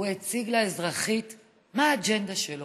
הוא הציג לאזרחית את האג'נדה שלו,